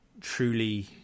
truly